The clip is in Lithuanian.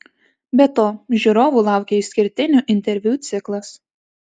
be to žiūrovų laukia išskirtinių interviu ciklas